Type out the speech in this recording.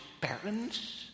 parents